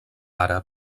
àrab